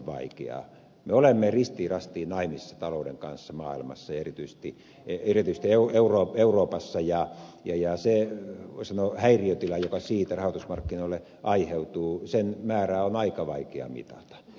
me olemme ristiin rastiin naimissa talouden kanssa maailmassa ja erityisesti euroopassa ja sen häiriötilan määrää joka siitä rahoitusmarkkinoille aiheutuu on aika vaikea mitata